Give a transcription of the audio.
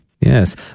Yes